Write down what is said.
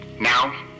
Now